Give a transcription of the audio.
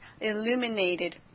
Illuminated